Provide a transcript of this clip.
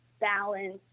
balance